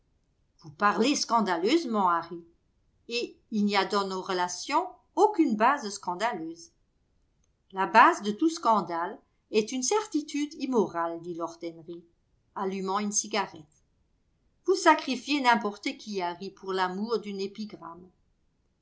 vous parlez scandaleusement harry et il n'y a dans nos relations aucune base scandaleuse la base de tout scandale est une certitude immorale dit lord henry allumant une cigarette vous sacrifiez n'importe qui harry pour l'amour d'une épigramme